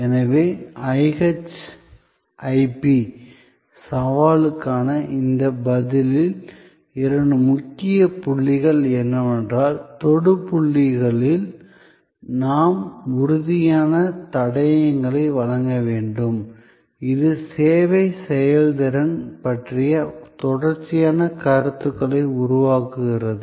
எனவே IHIP சவாலுக்கான இந்த பதிலில் இரண்டு முக்கிய புள்ளிகள் என்னவென்றால் தொடு புள்ளிகளில் நாம் உறுதியான தடயங்களை வழங்க வேண்டும் இது சேவை செயல்திறன் பற்றிய தொடர்ச்சியான கருத்துக்களை உருவாக்குகிறது